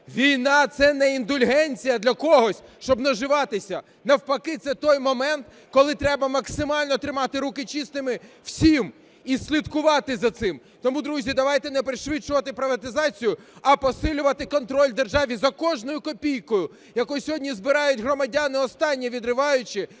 Війна – це не індульгенція для когось, щоб наживатися, навпаки, це той момент, коли треба максимально тримати руки чистими всім і слідкувати за цим. Тому, друзі, давайте не пришвидшувати приватизацію, а посилювати контроль в державі за кожною копійкою, яку сьогодні збирають громадяни, останнє відриваючи